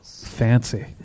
Fancy